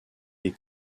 les